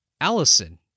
Allison